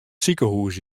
sikehûs